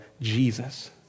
Jesus